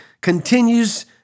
continues